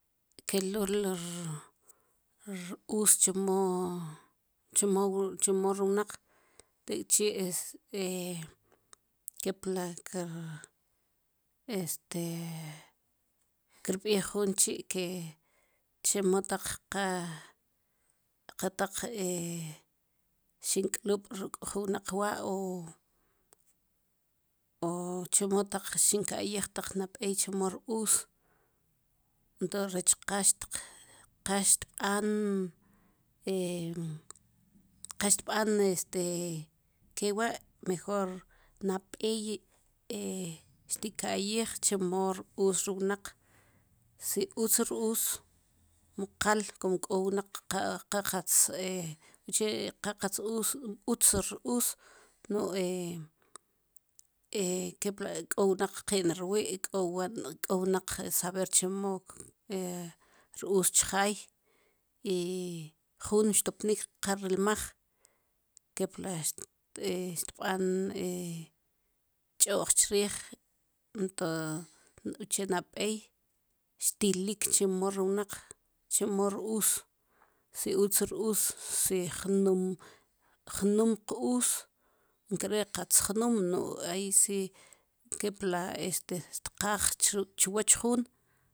Kelul r-uus chemo chemo chemo ri wnaq tek'chi kepla este kirb'ij jun chi' ke chemo taq qa qa taq xin k'lub' ruk' jun wnaq wa' chemo taq xinka'yij taq nab'ey chemo r-uus ento rech qa qa xtb'an qa xtb'an este ke wa' mejor nab'ey xtika'yij chemo r-uus ri wnaq si utz r-uus mu qal como k'o wnaq qa qatz uche' qa qatz us utz r-uus mu kepla k'o wnaq qin rwi' k'o k'o wnaq saber chemo r-uus chjaay i jun xtopnik qa rilmaj kepla xtb'an tx'o'j chriij uche' nab'ey xtilik chemo ri wnaq chemo r-uus si utz r-uus si jnum jnuum q-uus nkare' qatz jnum nu ayi si kepla este xtqaaj chwoch juun